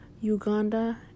Uganda